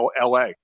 la